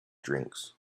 drinks